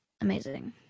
amazing